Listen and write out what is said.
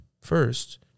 first